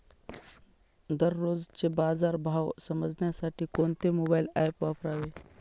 दररोजचे बाजार भाव समजण्यासाठी कोणते मोबाईल ॲप वापरावे?